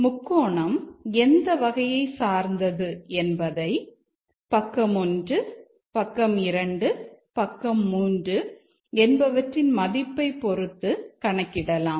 முக்கோணம் எந்த வகையை சார்ந்தது என்பதை பக்கம் 1 பக்கம் 2 பக்கம் 3 என்பவற்றின் மதிப்பை பொறுத்து கணக்கிடலாம்